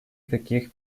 таких